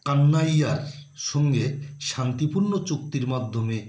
কান্নাইয়ার সঙ্গে শান্তিপূর্ণ চুক্তির মাধ্যমে